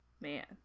man